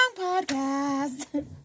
podcast